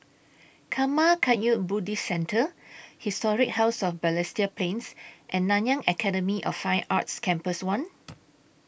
Karma Kagyud Buddhist Centre Historic House of Balestier Plains and Nanyang Academy of Fine Arts Campus one